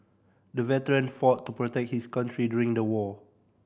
the veteran fought protect his country during the war